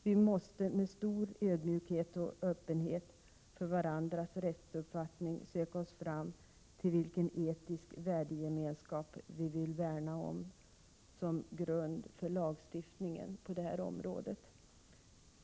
Vi måste med stor ödmjukhet och öppenhet för varandras rättsuppfattning söka oss fram till en etisk värdegemenskap som vi vill värna om som grund för lagstiftningen på det här området.